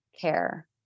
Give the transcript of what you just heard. care